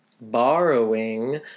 borrowing